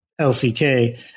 LCK